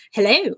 Hello